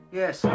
yes